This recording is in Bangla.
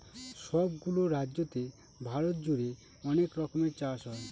সব গুলো রাজ্যতে ভারত জুড়ে অনেক রকমের চাষ হয়